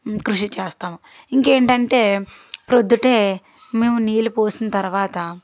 కృషి చేస్తాము ఇంకా ఏంటంటే ప్రొద్దుటే మేము నీళ్ళు పోసిన తరువాత